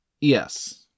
Yes